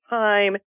time